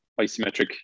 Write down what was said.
isometric